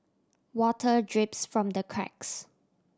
water drips from the cracks